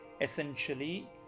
essentially